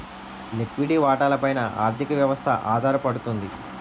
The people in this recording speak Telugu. లిక్విడి వాటాల పైన ఆర్థిక వ్యవస్థ ఆధారపడుతుంది